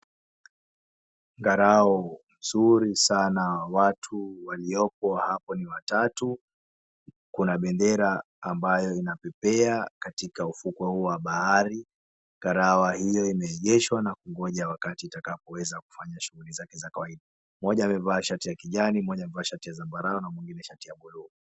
Ngalawa nzuri sana. Watu waliopo hapo ni watatu. Kuna bendera ambayo inapepea katika ufukwe huu wa bahari. Ngalawa hio imeegeshwa na kungoja wakati itakapoweza kufanya shugli zake za kawaida. Mmoja amevaa shati ya kijani mmoja amevaa shati ya zambarau na mwingine shati ya buluu.